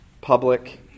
public